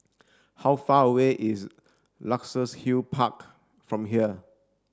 how far away is Luxus Hill Park from here